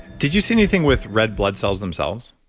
did you see anything with red blood cells themselves?